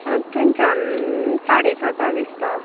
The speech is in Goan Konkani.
थंयच्यान साडे सातांक दिसता